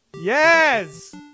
yes